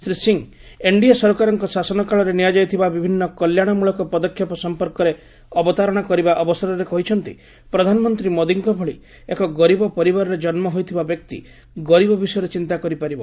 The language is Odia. ଶ୍ରୀ ସିଂ ଏନ୍ଡିଏ ସରକାରଙ୍କ ଶାସନକାଳରେ ନିଆଯାଇଥିବା ବିଭିନ୍ନ କଲ୍ୟାଶମଳକ ପଦକ୍ଷେପ ସମ୍ପର୍କରେ ଅବତାରଣା କରିବା ଅବସରରେ କହିଛନ୍ତି ପ୍ରଧାନମନ୍ତ୍ରୀ ମୋଦିଙ୍କ ଭଳି ଏକ ଗରିବ ପରିବାରରେ ଜନ୍ମ ହୋଇଥିବା ବ୍ୟକ୍ତି ଗରିବ ବିଷୟରେ ଚିନ୍ତା କରିପାରିବ